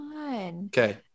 Okay